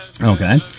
Okay